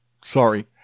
Sorry